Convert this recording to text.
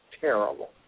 terrible